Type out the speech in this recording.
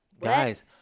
Guys